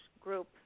group